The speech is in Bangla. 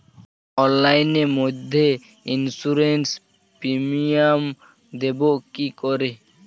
অনলাইনে মধ্যে ইন্সুরেন্স প্রিমিয়াম দেবো কি করে?